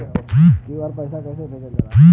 QR से पैसा कैसे भेजल जाला?